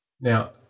Now